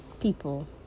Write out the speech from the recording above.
people